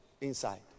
inside